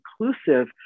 inclusive